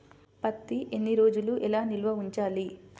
పత్తి ఎన్ని రోజులు ఎలా నిల్వ ఉంచాలి?